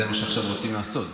זה מה שרוצים לעשות עכשיו.